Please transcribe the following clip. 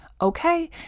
Okay